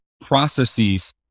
processes